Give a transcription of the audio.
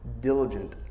diligent